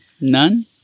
None